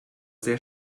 sehr